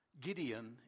Gideon